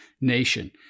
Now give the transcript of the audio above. nation